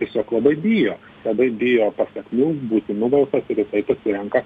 tiesiog labai bijo labai bijo pasekmių būti nubaustas ir jisai pasirenka